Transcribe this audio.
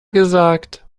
gesagt